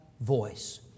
voice